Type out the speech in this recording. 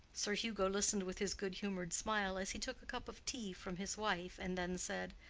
sir hugo listened with his good-humored smile as he took a cup of tea from his wife, and then said,